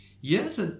yes